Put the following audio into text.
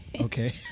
Okay